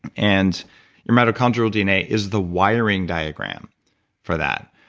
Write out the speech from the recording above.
and your mitochondrial dna is the wiring diagram for that.